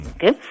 Okay